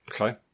Okay